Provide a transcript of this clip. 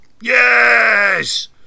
Yes